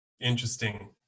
Interesting